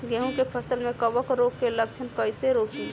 गेहूं के फसल में कवक रोग के लक्षण कईसे रोकी?